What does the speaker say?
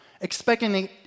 expecting